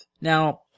Now